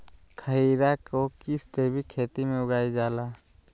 खीरा को किस जैविक खेती में उगाई जाला?